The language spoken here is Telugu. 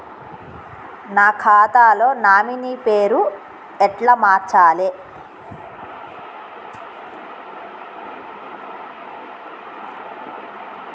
నా ఖాతా లో నామినీ పేరు ఎట్ల మార్చాలే?